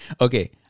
Okay